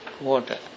water